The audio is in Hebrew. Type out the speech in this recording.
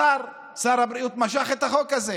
שר הבריאות משך את החוק הזה.